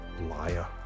liar